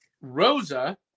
rosa